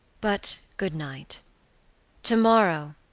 but good night tomorrow,